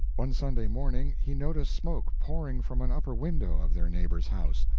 one sunday morning he noticed smoke pouring from an upper window of their neighbor's house.